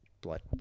blood